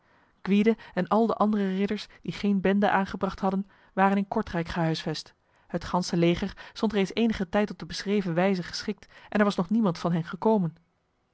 gwyde en al de andere ridders die geen bende aangebracht hadden waren in kortrijk gehuisvest het ganse leger stond reeds enige tijd op de beschreven wijze geschikt en er was nog niemand van hen gekomen